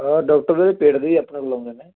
ਉਹ ਡੋਕਟਰ ਦੇ ਪੇਟ ਦੇ ਵੀ ਆਪਣੇ ਕੋਲ ਆਉਂਦੇ ਨੇ